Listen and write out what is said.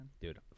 Dude